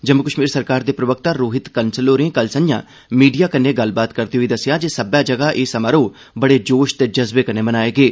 जम्मू कश्मीर सरकार दे प्रवक्ता रोहित कंसल होरें कल संझा मीडिया आह्ले कन्नै गल्लबात करदे होई दस्सेआ जे सब्बै जगह एह् समारोह बड़े जोश ते जज़्बे कन्नै मनाए गे